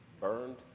burned